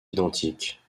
identiques